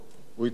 ממה שהבנתי,